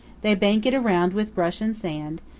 they bank it around with brush and sand,